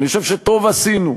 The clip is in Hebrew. אני חושב שטוב עשינו,